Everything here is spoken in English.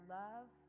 love